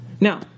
Now